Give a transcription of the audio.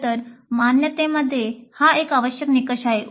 खरं तर मान्यतेमध्ये हा एक आवश्यक निकष आहे